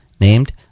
Named